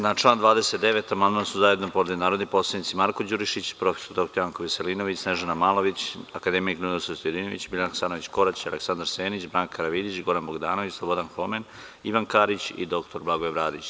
Na član 29. amandman su zajedno podneli narodni poslanici Marko Đurišić, prof. dr Janko Veselinović, Snežana Malović, akademik Ninoslav Stojadinović, Biljana Hasanović Korać, Aleksandar Senić, Branka Karavidić, Goran Bogdanović, Slobodan Homen, Ivan Karić i dr Blagoje Bradić.